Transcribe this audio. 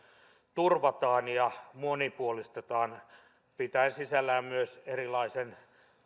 turvataan ja monipuolistetaan tämä pitää sisällään myös erilaiset